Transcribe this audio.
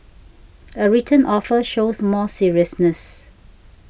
a written offer shows more seriousness